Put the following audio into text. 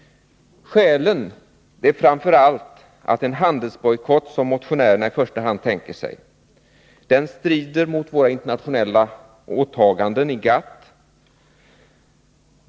Skälet är framför allt att en handelsbojkott, som motionärerna i första hand tänker sig, strider mot våra internationella åtaganden i GATT.